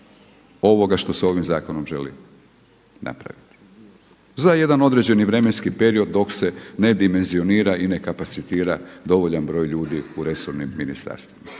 ovoga što se ovim zakonom želi napraviti za jedan određeni vremenski period dok se ne dimenzionira i ne kapacitira dovoljan broj ljudi u resornim ministarstvima.